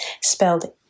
spelled